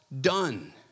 Done